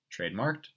trademarked